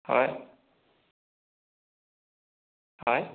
হয় হয়